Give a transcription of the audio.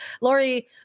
Lori